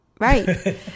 Right